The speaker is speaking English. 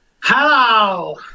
Hello